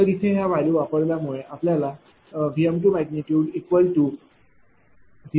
तर इथे या व्हॅल्यू वापरल्यामुळे ।V2।0